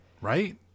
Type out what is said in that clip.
right